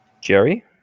Jerry